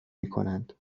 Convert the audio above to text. میکنند